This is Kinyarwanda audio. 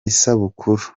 isabukuru